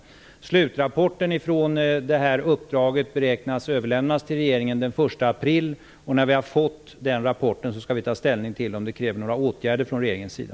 Slutrapporten från detta uppdrag beräknas överlämnas till regeringen den 1 april. När vi har fått den rapporten skall vi ta ställning till om det krävs några åtgärder från regeringens sida.